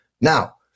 Now